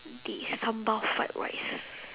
okay sambal fried rice